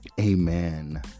amen